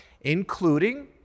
including